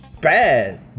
bad